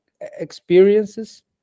experiences